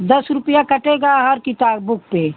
दस रुपये कटेगा हर किताब बुक पर